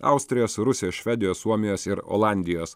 austrijos rusijos švedijos suomijos ir olandijos